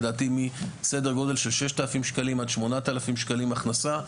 לדעתי מסדר גודל של 6,000 שקלים עד 8,000 שקלים הכנסה,